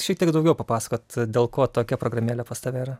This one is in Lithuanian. šiek tiek daugiau papasakot dėl ko tokia programėlė pas tave yra